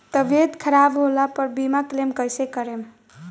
तबियत खराब होला पर बीमा क्लेम कैसे करम?